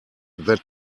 that